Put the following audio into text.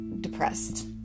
depressed